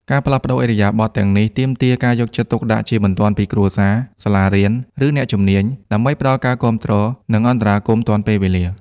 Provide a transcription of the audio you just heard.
ការផ្លាស់ប្តូរឥរិយាបថទាំងនេះទាមទារការយកចិត្តទុកដាក់ជាបន្ទាន់ពីគ្រួសារ សាលារៀន និងអ្នកជំនាញ ដើម្បីផ្តល់ការគាំទ្រ និងអន្តរាគមន៍ទាន់ពេលវេលា។